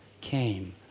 came